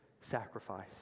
sacrifice